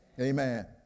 Amen